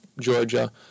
Georgia